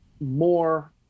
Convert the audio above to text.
more